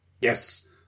Yes